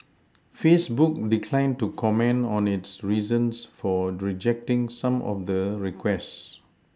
Facebook declined to comment on its reasons for rejecting some of the requests